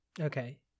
Okay